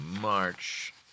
March